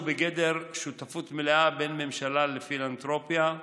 שהוא בגדר שותפות מלאה בין ממשלה לפילנתרופיה,